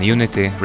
Unity